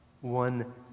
one